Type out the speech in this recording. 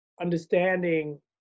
understanding